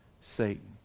Satan